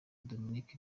dominic